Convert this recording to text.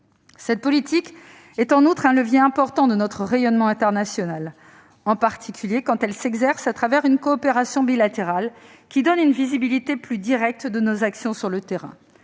Cette politique est en outre un levier important de notre rayonnement international, en particulier quand elle s'exerce à travers une coopération bilatérale, qui donne une visibilité plus directe de nos actions sur le terrain.